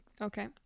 Okay